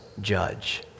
judge